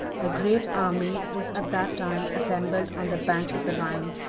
a great army was at that time assembled on the banks of the rhine,